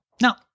Now